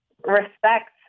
Respect